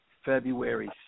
February